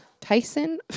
Tyson